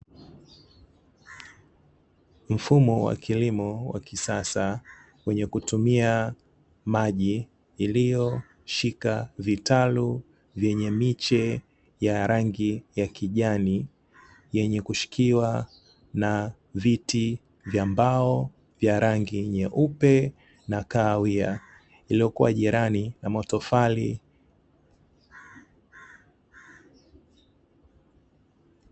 Mfumo wa kilimo wa kisasa wenye kutumia maji iliyoshika vitalu vyenye miche ya rangi ya kijani, yenye kushikiwa na viti vya mbao vya rangi nyeupe na kahawia, vilivyokuwa jirani na matofali.